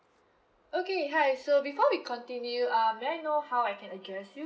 okay hi so before we continue um may I know how I can address you